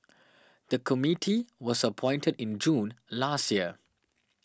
the committee was appointed in June last year